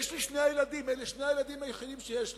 יש לי שני ילדים, אלה שני הילדים היחידים שיש לי.